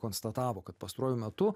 konstatavo kad pastaruoju metu